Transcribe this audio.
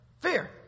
Fear